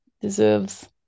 deserves